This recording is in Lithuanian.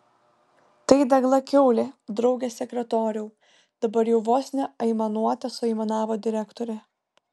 tai degla kiaulė drauge sekretoriau dabar jau vos ne aimanuote suaimanavo direktorė